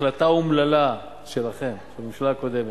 החלטה אומללה שלכם, של הממשלה הקודמת,